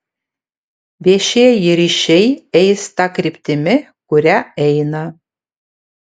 viešieji ryšiai eis ta kryptimi kuria eina